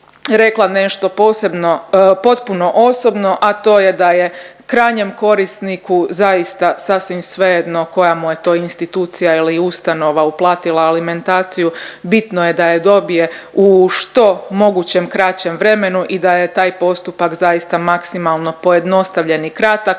rekla nešto potpuno osobno, a to je da je krajnjem korisniku zaista sasvim svejedno koja mu je to institucija ili ustanova uplatila alimentaciju, bitno je da je dobije u što mogućem kraćem vremenu i da je taj postupak zaista maksimalno pojednostavljen i kratak